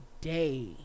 day